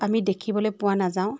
আমি দেখিবলৈ পোৱা নাযাওঁ